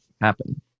happen